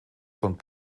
von